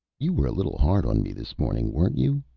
you were a little hard on me this morning, weren't you?